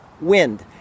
wind